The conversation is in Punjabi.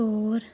ਤੌਰ